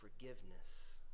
forgiveness